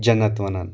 جنت ونان